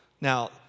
Now